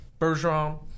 Bergeron